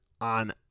on